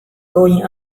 going